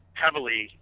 heavily